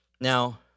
Now